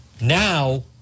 now